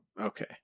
Okay